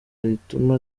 rituma